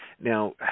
Now